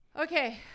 Okay